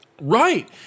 Right